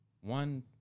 one